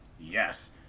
Yes